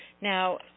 Now